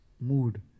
mood